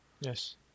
Yes